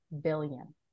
billion